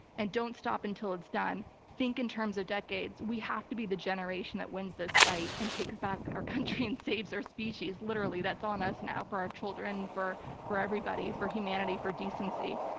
and don't stop until it's done. think in terms of decades. we have to be the generation that wins this fight and takes back our country and saves our species. literally, that's on us now. for our children, for for everybody, for humanity, for decency.